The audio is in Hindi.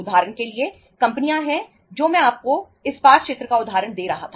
उदाहरण के लिए कंपनियां हैं जो मैं आपको इस्पात क्षेत्र का उदाहरण दे रहा था